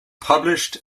published